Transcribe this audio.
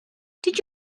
did